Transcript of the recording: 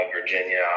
Virginia